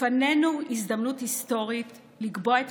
לפנינו הזדמנות היסטורית לקבוע את